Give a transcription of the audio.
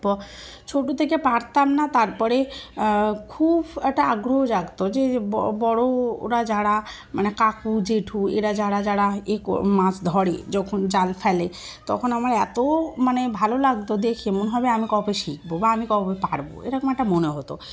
ছোটো থেকে পারতাম না তারপরে খুব একটা আগ্রহ জাগতো যে ব বড়রা যারা মানে কাকু জেঠু এরা যারা যারা এ মাছ ধরে যখন জাল ফেলে তখন আমার এত মানে ভালো লাগতো দেখে মন হবে আমি কবে শিখবো বা আমি কবে পারবো এরকম একটা মনে হতো